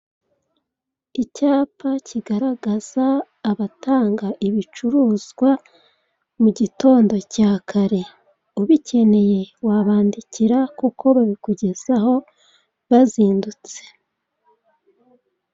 Icyapa kigaragaza abatanga ibicuruzwa mu gitondo cya kare, ubikeneye wabandikira kuko babikugezaho bazindutse.